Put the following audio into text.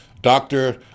Doctor